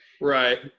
Right